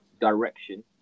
direction